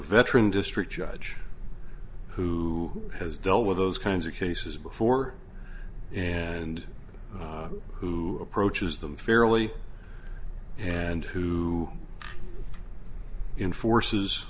veteran district judge who has dealt with those kinds of cases before and who approaches them fairly and who enforces